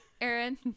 Aaron